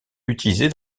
utilisée